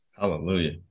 hallelujah